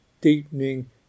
deepening